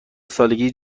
سالگی